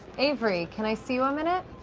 avery, can i see you a minute?